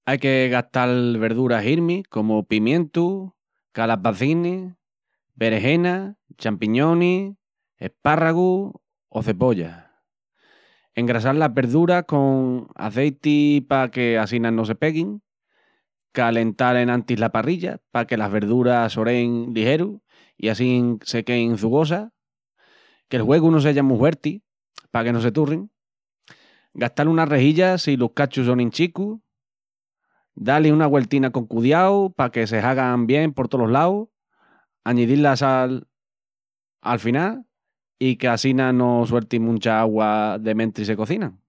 Aí que gastal verduras hirmis comu pimientus, calabacines, berejenas, champiñonis, espárragus o cebollas. Engrassal las verduras con aceiti pa que assina no se peguin. Calental enantis la parrilla pa que las verduras s'oréin ligeru i assín se quéin çugosas. Que'l huegu no seya mu huerti pa que no se turrin. Gastal una rejilla si los cachus sonin chicus. Da-lis la güeltina con cudíau pa que se hagan bien por tolos laus. Añidil la sal al final, i qu'assina no sueltin muncha augua de mentris se cocinan.